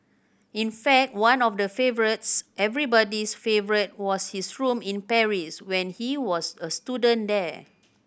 in fact one of the favourites everybody's favourite was his room in Paris when he was a student there